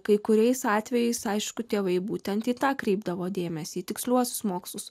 kai kuriais atvejais aišku tėvai būtent į tą kreipdavo dėmesį į tiksliuosius mokslus